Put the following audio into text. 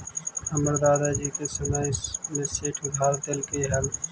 हमर दादा जी के समय में सेठ उधार देलकइ हल